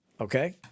Okay